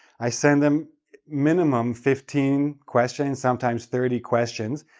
i send them minimum fifteen questions, sometimes thirty questions,